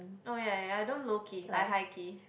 oh ya ya I don't low key I high key